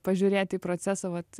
pažiūrėti į procesą vat